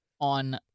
on